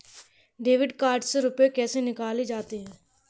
Debit card से रुपये कैसे निकाले जाते हैं?